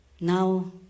Now